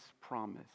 promise